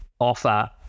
offer